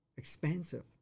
Expensive